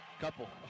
Couple